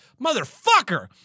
motherfucker